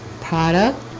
product